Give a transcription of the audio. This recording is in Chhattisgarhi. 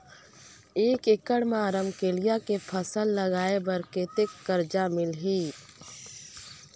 एक एकड़ मा रमकेलिया के फसल लगाय बार कतेक कर्जा मिलही?